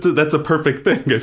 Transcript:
that's a perfect thing,